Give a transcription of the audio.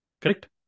Correct